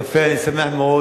יפה, אני שמח מאוד